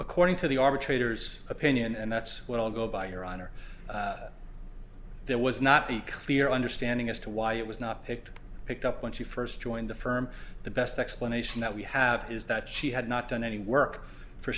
according to the arbitrator's opinion and that's what i'll go by your honor there was not the clear understanding as to why it was not picked picked up when she first joined the firm the best explanation that we have is that she had not done any work for